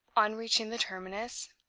on reaching the terminus,